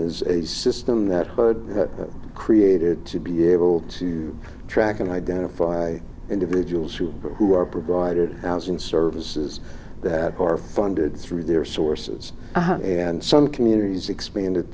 is a system that created to be able to track and identify individuals who who are provided housing services that are funded through their sources and some communities expanded